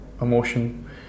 emotion